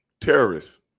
terrorists